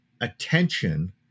attention